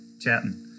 chatting